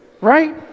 right